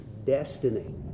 destiny